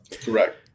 Correct